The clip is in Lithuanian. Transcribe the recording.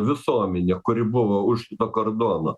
visuomenė kuri buvo už kito kardono